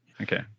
Okay